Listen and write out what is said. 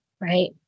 right